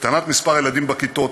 הקטנת מספר הילדים בכיתות,